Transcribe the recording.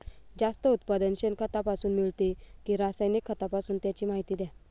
जास्त उत्पादन शेणखतापासून मिळते कि रासायनिक खतापासून? त्याची माहिती द्या